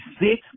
six